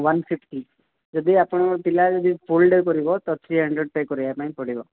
one sixty ଯଦି ଆପଣଙ୍କ ପିଲା ଯଦି ଫୁଲ୍ ଡେ କରିବ ତ ଥ୍ରୀ ହଣ୍ଡ୍ରେଡ଼୍ ପେ କରିବା ପାଇଁ ପଡ଼ିବ